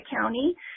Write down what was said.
County